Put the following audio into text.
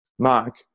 Mark